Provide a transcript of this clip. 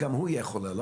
גם הוא יהיה חולה.